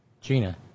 Gina